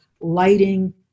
lighting